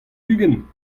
ugent